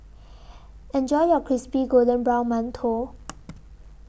Enjoy your Crispy Golden Brown mantou